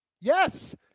Yes